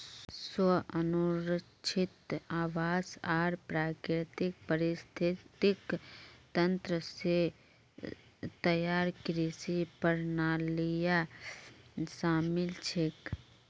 स्व अनुरक्षित आवास आर प्राकृतिक पारिस्थितिक तंत्र स तैयार कृषि प्रणालियां शामिल छेक